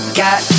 got